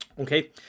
Okay